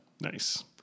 Nice